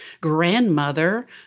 grandmother